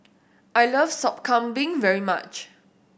I like Sop Kambing very much